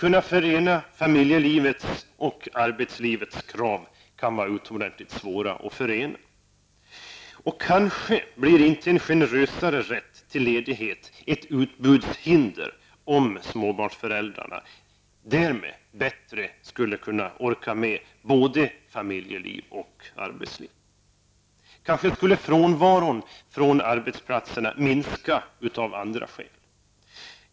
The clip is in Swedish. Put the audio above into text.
Men även familjelivets och arbetslivets krav kan vara utomordentligt svåra att förena för de enskilda människorna. En generösare rätt till ledighet kanske inte blir ett utbudshinder, om småbarnsföräldrarna därmed bättre skulle kunna orka med både familjeliv och arbetsliv. Kanske skulle frånvaron från arbetsplatserna minska av andra skäl.